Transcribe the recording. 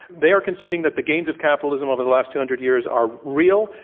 they are conceding that the gains of capitalism over the last two hundred years are real.